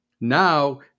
now